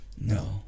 No